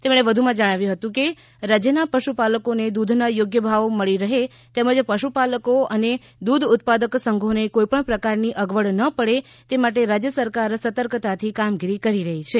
તેમણે વધુમાં કહ્યું છે કે રાજ્યના પશુપાલકોને દૂધના યોગ્ય ભાવ મળી રહે તેમજ પશુપાલકો અને દૂધ ઉત્પાદક સંઘોને કોઈપણ પ્રકારની અગવડ ન પડે તે માટે રાજ્ય સરકાર સતર્કતાથી કામગીરી કરી રહી છે